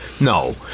No